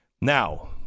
Now